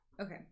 Okay